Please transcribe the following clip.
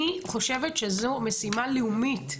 אני חושבת שזו משימה לאומית,